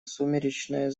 сумеречное